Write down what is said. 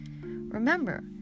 Remember